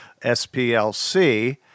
SPLC